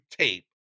tape